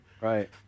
right